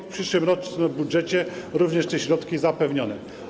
W przyszłorocznym budżecie również te środki są zapewnione.